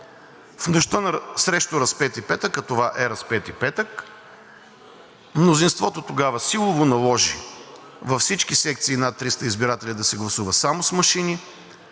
В нощта срещу Разпети петък, а това е Разпети петък, мнозинството тогава силово наложи във всички секции над 300 избиратели да се гласува само с машини.